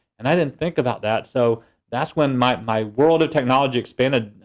and i didn't think about that. so that's when my world of technology expanded,